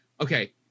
okay